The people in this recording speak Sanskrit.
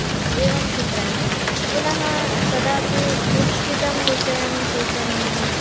एवं चित्रयामि पुनः कदापि निश्चितं विषयं सूचनीयं